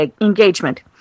engagement